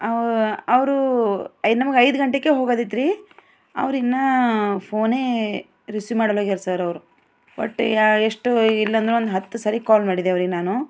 ಅವು ಅವರು ಐದು ನಮಗೆ ಐದು ಗಂಟೆಗೆ ಹೋಗೋದಿತ್ತ್ರಿ ಅವರಿನ್ನೂ ಫೋನೇ ರಿಸೀವ್ ಮಾಡಲ್ಲೋಗಿ ಸರ್ ಅವರು ಒಟ್ಟಿಗೆ ಎಷ್ಟು ಇಲ್ಲಂದ್ರೂ ಒಂದು ಹತ್ತು ಸರಿ ಕಾಲ್ ಮಾಡಿದೇವ್ರೀ ನಾನು